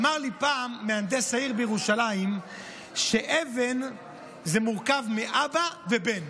אמר לי פעם מהנדס העיר בירושלים שאבן זה מורכב מאבא ובן.